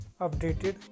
updated